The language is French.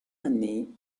année